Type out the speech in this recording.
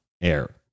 air